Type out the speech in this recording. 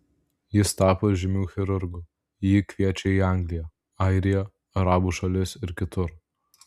jis tapo žymiu chirurgu jį kviečia į angliją airiją arabų šalis ir kitur